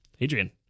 Adrian